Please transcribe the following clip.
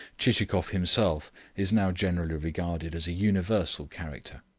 chichikov himself is now generally regarded as a universal character.